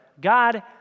God